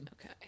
Okay